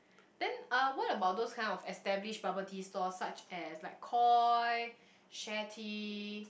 then uh what about those kind of established bubble tea store such as like Koi Sharetea